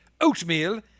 oatmeal